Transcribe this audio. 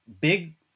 big